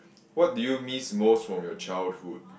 what do you miss most from your childhood